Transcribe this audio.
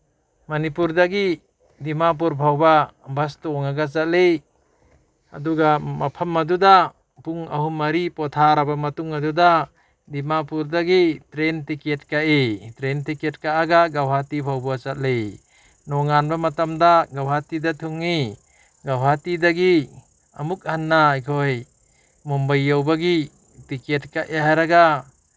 ꯃꯅꯤꯄꯨꯔꯗꯒꯤ ꯗꯤꯃꯥꯄꯨꯔ ꯐꯥꯎꯕ ꯕꯁ ꯇꯣꯡꯉꯒ ꯆꯠꯂꯤ ꯑꯗꯨꯒ ꯃꯐꯝ ꯑꯗꯨꯗ ꯄꯨꯡ ꯑꯍꯨꯝ ꯃꯔꯤ ꯄꯣꯊꯥꯔꯕ ꯃꯇꯨꯡ ꯑꯗꯨꯗ ꯗꯤꯃꯥꯄꯨꯔꯗꯒꯤ ꯇ꯭ꯔꯦꯟ ꯇꯤꯀꯦꯠ ꯀꯛꯏ ꯇ꯭ꯔꯦꯟ ꯇꯤꯀꯦꯠ ꯀꯛꯑꯒ ꯒꯧꯍꯥꯇꯤ ꯐꯥꯎꯕ ꯆꯠꯂꯤ ꯅꯣꯡꯉꯥꯟꯕ ꯃꯇꯝꯗ ꯒꯧꯍꯥꯇꯤꯗ ꯊꯨꯡꯉꯤ ꯒꯧꯍꯥꯇꯤꯗꯒꯤ ꯑꯃꯨꯛ ꯍꯟꯅ ꯑꯩꯈꯣꯏ ꯃꯨꯝꯕꯩ ꯌꯧꯕꯒꯤ ꯇꯤꯀꯦꯠ ꯀꯛꯑꯦ ꯍꯥꯏꯔꯒ